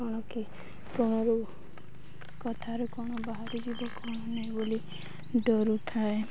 କ'ଣ କି କୋଣରୁ କଥାରୁ କ'ଣ ବାହାରିଯିବ କ'ଣ ନାହି ବୋଲି ଡରୁ ଥାଏ